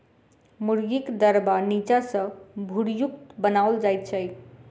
मुर्गीक दरबा नीचा सॅ भूरयुक्त बनाओल जाइत छै